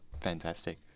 Fantastic